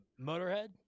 motorhead